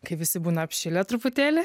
kai visi būna apšilę truputėlį